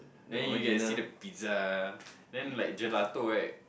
then you can see the pizza then like gelato right